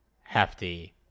hefty